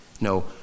No